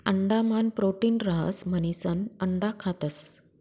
अंडा मान प्रोटीन रहास म्हणिसन अंडा खातस